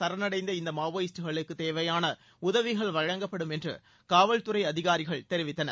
சரணடைந்த இந்த மாவோயிஸ்டுகளுக்கு தேவையான உதவிகள் வழங்கப்படும் என்று காவல்துறை அதிகாரிகள் தெரிவித்தனர்